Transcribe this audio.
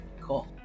Cool